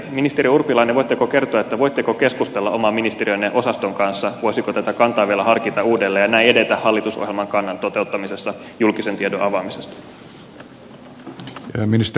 ministeri urpilainen voitteko kertoa voitteko keskustella oman ministeriönne osaston kanssa voisiko tätä kantaa vielä harkita uudelleen ja näin edetä hallitusohjelman kannan toteuttamisessa julkisen tiedon avaamisesta